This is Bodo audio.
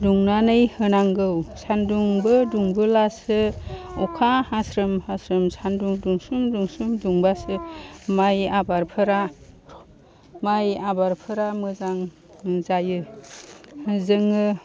दुंनानै होनांगौ सानदुंबो दुंब्लासो अखा हास्रोम हास्रोम सानदुं दुंसन दुंसन दुंबासो माइ आबादफोरा मोजां जायो जोङो